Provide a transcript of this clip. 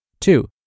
Two